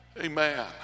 Amen